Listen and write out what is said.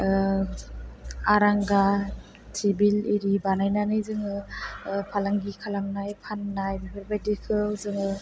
आरांगा टेबोल आरि बानायनानै जोङो फालांगि खालामनाय फाननाय बेफोरबायदिखौ जोङो